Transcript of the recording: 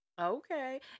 Okay